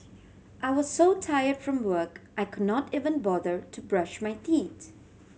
I was so tired from work I could not even bother to brush my teeth